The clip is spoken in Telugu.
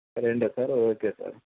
రెండా సార్ ఓకే సార్